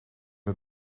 het